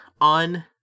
on